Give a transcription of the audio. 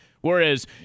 Whereas